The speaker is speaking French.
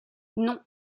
non